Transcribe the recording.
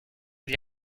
gli